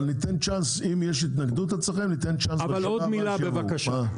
אבל אם יש התנגדות אצלכם ניתן צ'אנס להם שידברו בפעם הבאה.